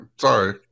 Sorry